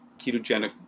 ketogenic